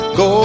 go